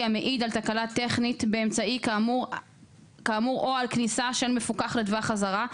המעיד על תקלה טכנית באמצעי כאמור או על כניסה של מפוקח לטווח אזהרה,